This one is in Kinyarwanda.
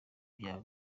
byaba